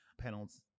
Panels